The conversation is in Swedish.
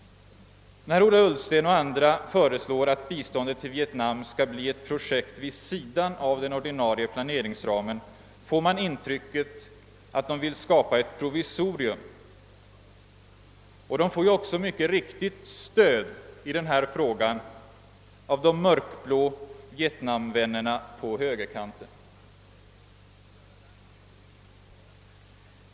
När Ola Ullsten och andra föreslår att biståndet till Vietnam skall bli ett projekt vid sidan av den ordinarie planeringsramen får man intrycket att de vill skapa ett provisorium. Och de får också mycket riktigt stöd i denna fråga av de mörkblå Vietnamvännerna på högerkanten.